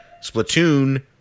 Splatoon